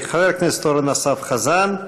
חבר הכנסת אורן אסף חזן,